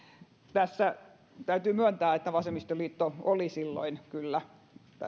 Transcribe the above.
tässä täytyy myöntää että vasemmistoliitto oli silloin kyllä